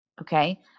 Okay